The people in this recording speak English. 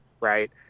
right